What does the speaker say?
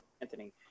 Anthony